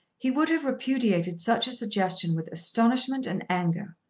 he would have repudiated such a suggestion with astonishment and anger.